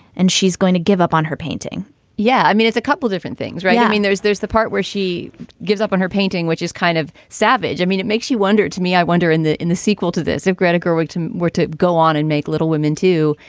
and she's going to give up on her painting yeah. i mean, it's a couple different things, right? yeah i mean, there's there's the part where she gives up on her painting, which is kind of savage. i mean, it makes you wonder to me. i wonder in the in the sequel to this of greta gerwig were to go on and make little women, too.